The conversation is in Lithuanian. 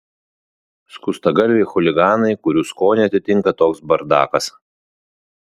skustagalviai chuliganai kurių skonį atitinka toks bardakas